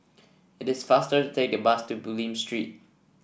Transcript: it is faster to take the bus to Bulim Street